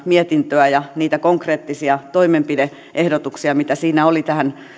mietintöä ja niitä konkreettisia toimenpide ehdotuksia mitä siinä oli tähän